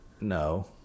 No